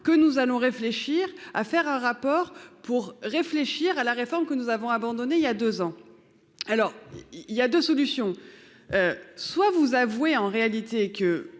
que nous allons réfléchir à faire un rapport pour réfléchir à la réforme que nous avons abandonné il y a 2 ans. Alors il y a deux solutions. Soit vous avouer en réalité que